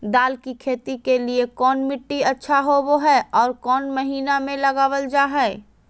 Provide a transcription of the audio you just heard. दाल की खेती के लिए कौन मिट्टी अच्छा होबो हाय और कौन महीना में लगाबल जा हाय?